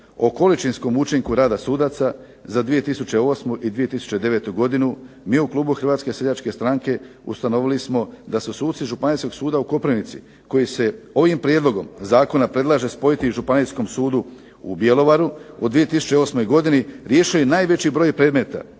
o količinskom učinku rada sudaca za 2008. i 2009. godinu mi u klubu HSS-a ustanovili smo da su suci Županijskog suda u Koprivnici koji se ovim prijedlogom zakona predlaže spojiti Županijskom sudu u Bjelovaru u 2008. godini riješili najveći broj predmeta